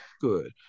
good